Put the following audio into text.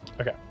Okay